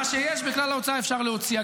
מה שיש בכלל ההוצאה אפשר להוציא.